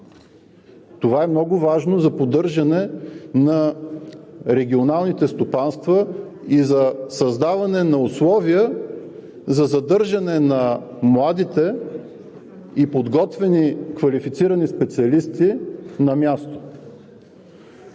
Това е много важно за поддържане на регионалните стопанства и за създаване на условия за задържане на младите и подготвени квалифицирани специалисти на място.